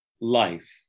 life